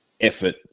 effort